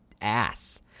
ass